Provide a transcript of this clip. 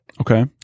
Okay